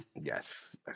yes